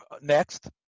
Next